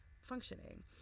functioning